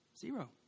Zero